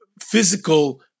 physical